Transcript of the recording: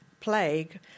plague